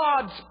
God's